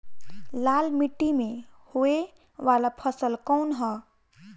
लाल मीट्टी में होए वाला फसल कउन ह?